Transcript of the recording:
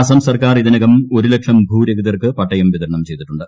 അസ്സം സർക്കാർ ഇതിനകം ഒരു ലക്ഷം ഭൂരഹിതർക്ക് പട്ടയ വിതരണം ചെയ്തിട്ടുണ്ട്